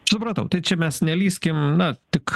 supratau tai čia mes nelįskim na tik